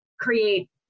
create